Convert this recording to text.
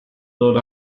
oder